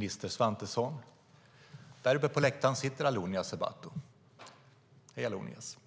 Fru talman! Där uppe på läktaren sitter Allonias Sebhatu - hej Allonias!